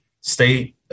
state